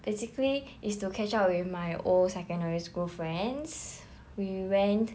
basically is to catch up with my old secondary school friends we went